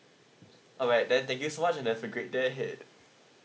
alright then thank you so much and have a great day ahead